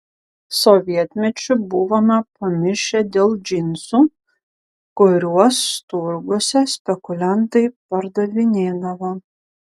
sovietmečiu buvome pamišę dėl džinsų kuriuos turguose spekuliantai pardavinėdavo